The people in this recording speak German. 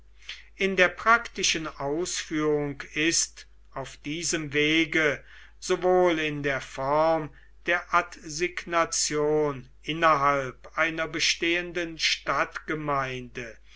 in der praktischen ausführung ist auf diesem wege sowohl in der form der adsignation innerhalb einer bestehenden stadtgemeinde